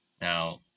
now